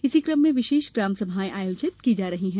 इसी क्रम में विशेष ग्राम सभाएँ आयोजित की जा रही है